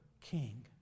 king